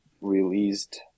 released